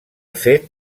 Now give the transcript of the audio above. fet